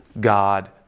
God